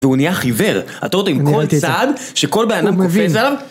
והוא נהיה חיוור, אתה רואה אותו עם כל צעד, שכל בן אדם קופץ עליו